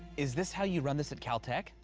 is this how you run this at caltech?